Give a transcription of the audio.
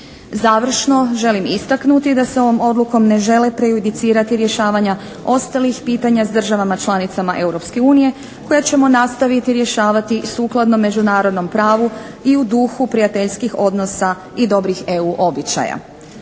Završno, želim istaknuti da se ovom odlukom ne žele prejudicirati rješavanja ostalih pitanja s državama članicama Europske unije koja ćemo nastaviti rješavati sukladno međunarodnom pravu i u dugu prijateljskih odnosa i dobrih EU običaja.